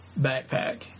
backpack